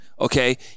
Okay